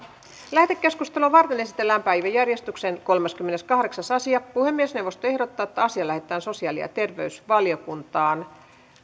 lähetekeskustelua varten esitellään päiväjärjestyksen kolmaskymmeneskahdeksas asia puhemiesneuvosto ehdottaa että asia lähetetään sosiaali ja terveysvaliokuntaan